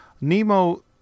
Nemo